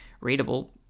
readable